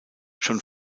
schon